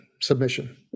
submission